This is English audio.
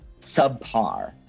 subpar